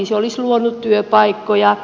se olisi luonut työpaikkoja